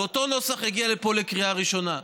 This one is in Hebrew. ואותו נוסח יגיע לפה לקריאה ראשונה.